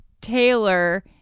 Taylor